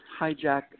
hijack